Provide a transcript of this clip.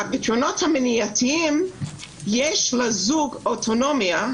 בפתרונות המניעתיים יש לזוג אוטונומיה,